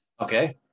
Okay